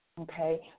Okay